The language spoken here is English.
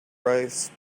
rice